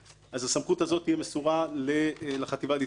הסמכות הזו תהיה מסורה לחטיבה להתיישבות.